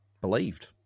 believed